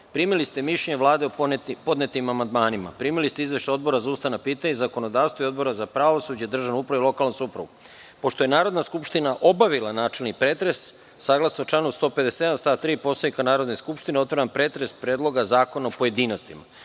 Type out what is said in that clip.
ste mišljenje Vlade o podnetim amandmanima. Primili ste Izveštaj Odbora za ustavna pitanja i zakonodavstvo i Odbora za pravosuđe, državnu upravu i lokalnu samoupravu. Pošto je Narodna skupština obavili načelni pretres, saglasno članu 157. stav 3. Poslovnika Narodne skupštine, otvaram pretres Predloga zakona u pojedinostima. Na